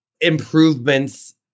improvements